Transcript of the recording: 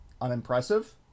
unimpressive